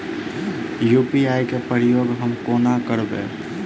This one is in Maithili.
यु.पी.आई केँ प्रयोग हम कोना करबे?